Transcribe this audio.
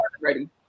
ready